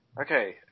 Okay